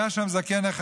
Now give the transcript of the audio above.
היה שם זקן אחד,